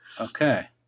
Okay